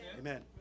Amen